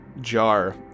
jar